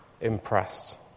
impressed